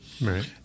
Right